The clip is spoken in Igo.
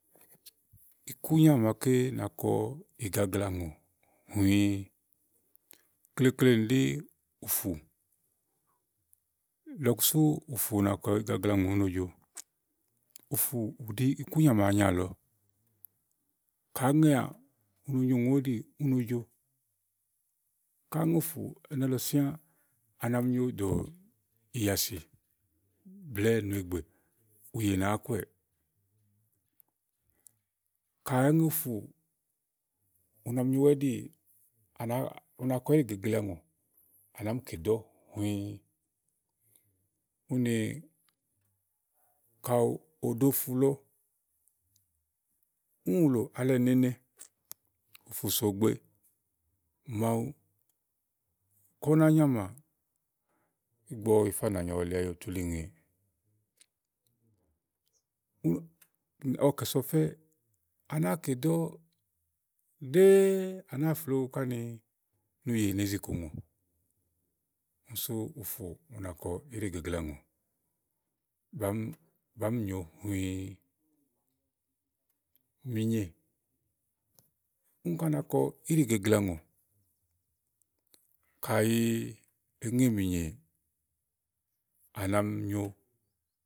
ikúnyà maké nakɔ igagla ŋò huĩ. Uklekle nì ɖí ùfù. Lɔku sú ùfù nakɔ igagla ŋò ú no j̄o. Ùfù ɖìì ikúnyà ma nyaàlɔ úni úno nyo ù ŋò ó ɖi ùno j̄o. kaɖi èé ŋe ùfù ɛnɛ́ ami ù nà mi nyo wɛ ɖifò do ìyìàsì. blɛ̀ɛ nuegbè ùyè nàá kowɛ. Kàyi eŋe ùfù u no nyowɛ ɛ́ɖi, una kɔ íɖì gagla ùŋò à ná nì kè dɔ huî. Úni ka òɖo ùfù lɔ úni wùlò alɛnene, ùfù sò gbe kàyi ú nà nyàmà ígbɔ ɔ li ayu tu yili ŋè ígbɔ ɔ kɛ̀ so ɔfɛ́ à náa kè dɔ ɖɛ́ɛ́ à nàa flowu ni ùyè nezi kò ŋò úni sú ùfù nakɔ ídì gagla ŋò. mìnyè úni ká na kɔ íɖì gagla ŋò. kàyi èé ŋe mìnyè à nà mi nyo